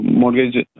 mortgage